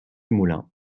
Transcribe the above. moulin